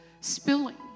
spilling